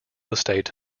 estate